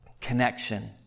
connection